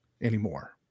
anymore